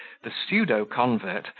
the pseudo-convert,